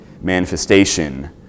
manifestation